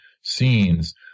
scenes